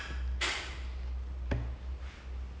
so like it's kind of like set already